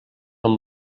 amb